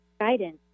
guidance